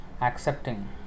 accepting